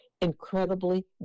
incredibly